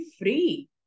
free